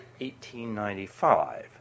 1895